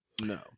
no